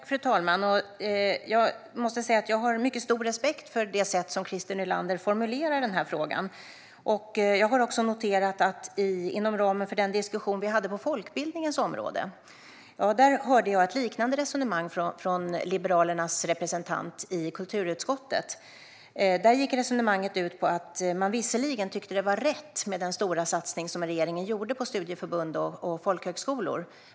Fru talman! Jag har mycket stor respekt för det som Christer Nylander formulerar i frågan. Jag har också noterat att jag inom ramen för den diskussion vi hade på folkbildningens område hörde ett liknande resonemang från Liberalernas representant i kulturutskottet. Där gick resonemanget ut på att man visserligen tyckte att det var rätt med den stora satsning som regeringen gjorde på studieförbund och folkhögskolor.